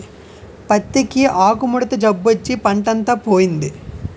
పత్తికి ఆకుముడత జబ్బొచ్చి పంటంతా పోయింది